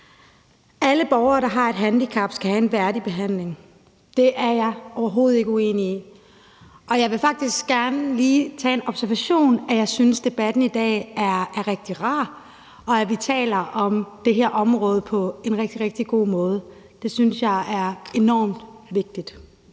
Alle borgere, der har et handicap, skal have en værdig behandling. Det er jeg overhovedet ikke uenig i, og jeg vil faktisk gerne lige komme med den observation, at jeg synes, debatten i dag er rigtig rar, og at vi taler om det her område på en rigtig, rigtig god måde. Det synes jeg er enormt vigtigt.